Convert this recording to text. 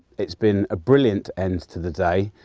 it has been a brilliant end to the day.